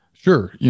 Sure